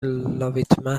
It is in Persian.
لاویتمن